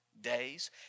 days